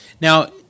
Now